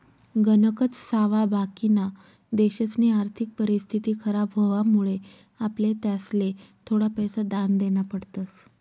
गणकच सावा बाकिना देशसनी आर्थिक परिस्थिती खराब व्हवामुळे आपले त्यासले थोडा पैसा दान देना पडतस